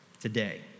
today